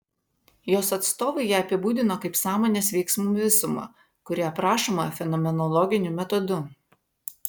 jos atstovai ją apibūdino kaip sąmonės veiksmų visumą kuri aprašoma fenomenologiniu metodu